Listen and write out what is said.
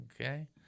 okay